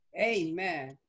Amen